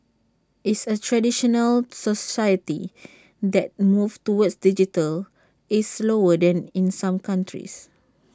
it's A traditional society and the move toward digital is slower than in some countries